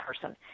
person